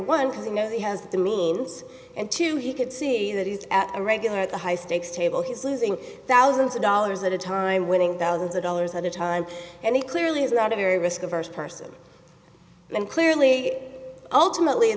one who knows he has the means and two he could see that he's a regular at the high stakes table he's losing thousands of dollars at a time winning thousands of dollars at a time and he clearly is not a very risk averse person and clearly ultimately in